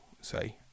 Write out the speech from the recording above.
say